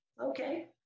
okay